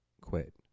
quit